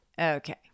okay